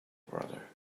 brother